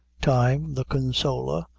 time, the consoler,